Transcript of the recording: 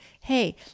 hey